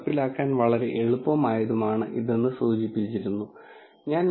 ഒരു യഥാർത്ഥ പ്രോബ്ളത്തിൽ ഇത് എങ്ങനെ ഉപയോഗപ്രദമാണെന്ന് നോക്കാം